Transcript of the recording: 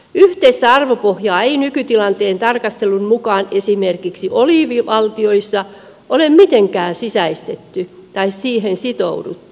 yhteistä arvopohjaa ei nykytilanteen tarkastelun mukaan esimerkiksi oliivivaltioissa ole mitenkään sisäistetty tai siihen sitouduttu